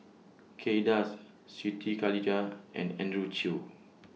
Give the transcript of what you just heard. Kay Das Siti Khalijah and Andrew Chew